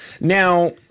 Now